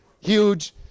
huge